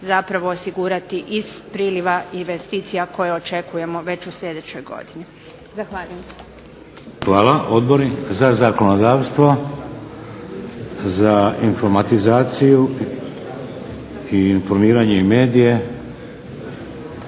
zapravo osigurati iz priljeva investicija koje očekujemo već u sljedećoj godini. Zahvaljujem. **Šeks, Vladimir (HDZ)** Hvala Odbori za zakonodavstvo? Za informatizaciju i informiranje i medije?